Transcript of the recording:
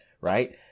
right